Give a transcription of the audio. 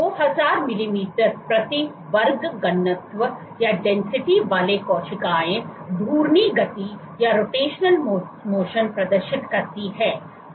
तो 2000 मिलीमीटर प्रति वर्ग घनत्व वाली कोशिकाएं घूर्णी गति प्रदर्शित करती हैं